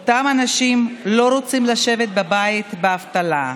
אותם אנשים לא רוצים לשבת בבית באבטלה.